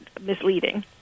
misleading